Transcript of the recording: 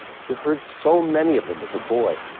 he heard so many of them as a boy.